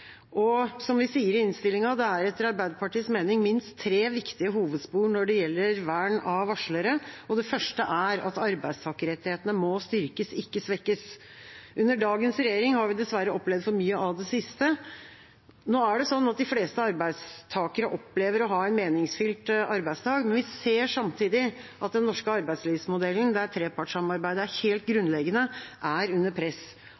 saken. Som vi sier i innstillinga, er det etter Arbeiderpartiets mening minst tre viktige hovedspor når det gjelder vern av varslere, og det første er at arbeidstakerrettighetene må styrkes, ikke svekkes. Under dagens regjering har vi dessverre opplevd for mye av det siste. Nå er det sånn at de fleste arbeidstakere opplever å ha en meningsfylt arbeidsdag, men vi ser samtidig at den norske arbeidslivsmodellen, der trepartssamarbeidet er helt grunnleggende, er under press.